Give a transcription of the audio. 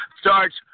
starts